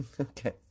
okay